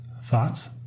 Thoughts